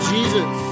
Jesus